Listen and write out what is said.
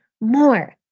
more